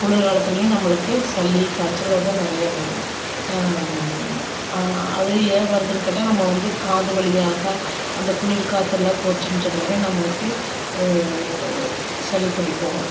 குளிர்காலத்துலேயும் நம்மளுக்கு சளி காய்ச்சல் வந்தால் நிறையா வரும் அது ஏன் வருதுன்னு கேட்டால் நம்ம வந்து காது வழியாக அந்த குளிர் காற்று எல்லாம் போச்சுன்னு சொன்னாலே நம்மளுக்கு சளி பிடிக்கும்